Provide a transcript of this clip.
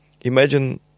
imagine